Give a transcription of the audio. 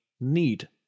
need